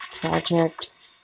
project